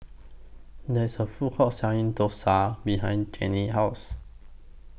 There's A Food Court Selling Dosa behind Jennie's House